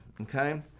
okay